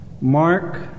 Mark